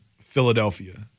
Philadelphia